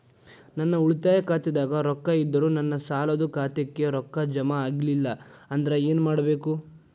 ನನ್ನ ಉಳಿತಾಯ ಖಾತಾದಾಗ ರೊಕ್ಕ ಇದ್ದರೂ ನನ್ನ ಸಾಲದು ಖಾತೆಕ್ಕ ರೊಕ್ಕ ಜಮ ಆಗ್ಲಿಲ್ಲ ಅಂದ್ರ ಏನು ಮಾಡಬೇಕು?